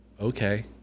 okay